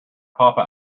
papa